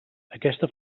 aquesta